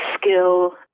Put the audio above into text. skill